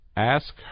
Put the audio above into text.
Ask